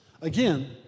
Again